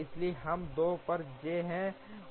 इसलिए एम 2 पर जे 1 है